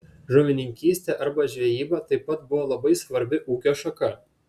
žuvininkystė arba žvejyba taip pat buvo labai svarbi ūkio šaka